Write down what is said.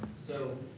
so